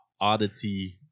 oddity